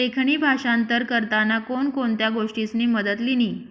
लेखणी भाषांतर करताना कोण कोणत्या गोष्टीसनी मदत लिनी